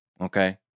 Okay